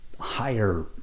higher